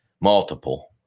multiple